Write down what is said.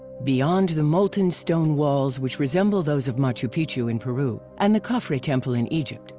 beyond the molten stone walls which resemble those of machu pichu in peru and the khafre temple in egypt,